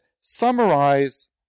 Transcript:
summarize